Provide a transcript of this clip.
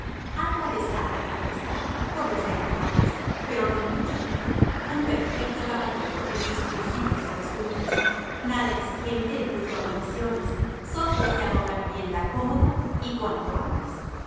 algo atezado claro está por los vendavales pero no mucho un perfecto caballero en sus principios y costumbres nada exigente en punto a condiciones sólo deseaba una vivienda cómoda y cuanto antes